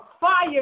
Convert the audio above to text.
fire